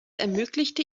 ermöglichte